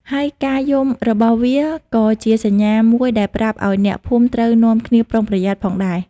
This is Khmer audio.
ហើយការយំរបស់វាក៏ជាសញ្ញាមួយដែលប្រាប់ឲ្យអ្នកភូមិត្រូវនាំគ្នាប្រុងប្រយ័ត្នផងដែរ។